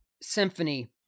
symphony